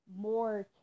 more